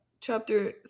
chapter